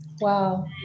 Wow